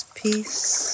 peace